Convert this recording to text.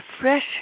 fresh